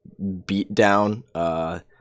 beatdown